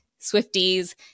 swifties